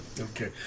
Okay